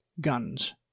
guns